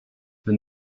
the